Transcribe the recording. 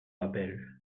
d’appel